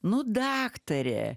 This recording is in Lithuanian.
nu daktarė